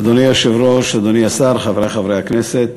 אדוני היושב-ראש, אדוני השר, חברי חברי הכנסת,